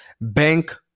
bank